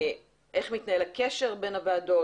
איך מתנהל הקשר בין הוועדות.